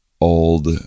old